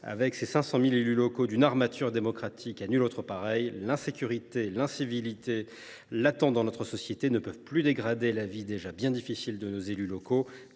avec ses 500 000 élus locaux, d’une armature démocratique à nulle autre pareille. L’insécurité et l’incivilité latentes de notre société ne peuvent plus dégrader la vie, déjà bien difficile, de nos élus locaux,